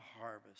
harvest